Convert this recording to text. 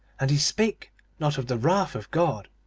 and he spake not of the wrath of god,